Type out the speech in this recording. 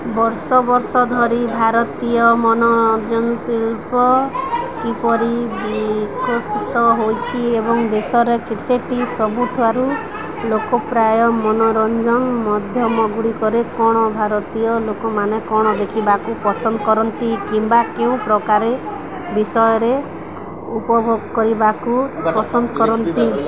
ବର୍ଷ ବର୍ଷ ଧରି ଭାରତୀୟ ମନୋରଞ୍ଜନ ଶିଳ୍ପ କିପରି ବିକଶିତ ହୋଇଛି ଏବଂ ଦେଶରେ କେତେଟି ସବୁଠାରୁ ଲୋକପ୍ରାୟ ମନୋରଞ୍ଜନ ମଧ୍ୟମ ଗୁଡ଼ିକରେ କଣ ଭାରତୀୟ ଲୋକମାନେ କଣ ଦେଖିବାକୁ ପସନ୍ଦ କରନ୍ତି କିମ୍ବା କେଉଁ ପ୍ରକାରେ ବିଷୟରେ ଉପଭୋଗ କରିବାକୁ ପସନ୍ଦ କରନ୍ତି